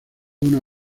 una